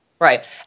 Right